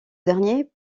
dernier